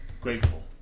grateful